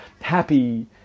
happy